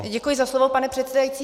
Děkuji za slovo, pane předsedající.